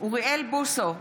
אוריאל בוסו,